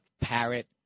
parrot